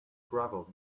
gravel